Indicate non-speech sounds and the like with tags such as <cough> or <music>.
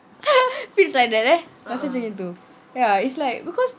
<laughs> feels like that eh rasa macam gitu ya it's like because